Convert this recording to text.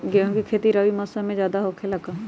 गेंहू के खेती रबी मौसम में ज्यादा होखेला का?